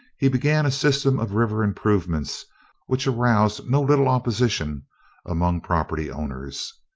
he began a system of river improvements which aroused no little opposition among property owners.